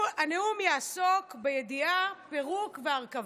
הנאום יעסוק בידיעה, פירוק והרכבה.